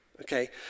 Okay